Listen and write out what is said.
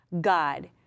God